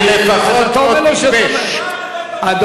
אתה צודק, אבל אני לפחות, אבל הוא מרמה.